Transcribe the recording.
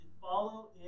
follow